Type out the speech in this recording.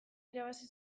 irabazi